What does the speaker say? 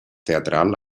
teatral